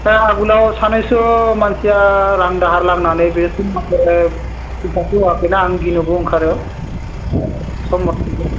बे आगोलाव सानैसो मानसिया रां दाहार लानानै बे होनाय समाव फैसाखौ होयाखैना आं गिनोबो ओंखारो समाव सुख'वा